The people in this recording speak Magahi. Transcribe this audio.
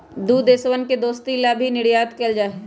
दु देशवन के दोस्ती ला भी निर्यात कइल जाहई